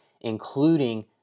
including